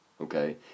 okay